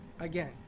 Again